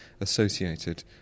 associated